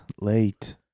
Late